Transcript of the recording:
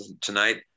tonight